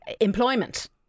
employment